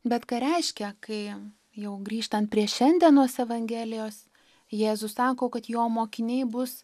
bet ką reiškia kai jam jau grįžtant prie šiandienos evangelijos jėzus sako kad jo mokiniai bus